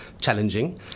challenging